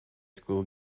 school